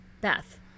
Beth